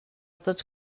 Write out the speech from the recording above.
tots